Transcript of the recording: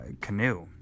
canoe